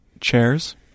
Chairs